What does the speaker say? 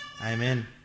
Amen